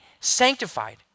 sanctified